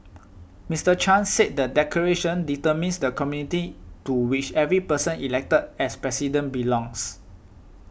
Mister Chan said the declaration determines the community to which every person elected as President belongs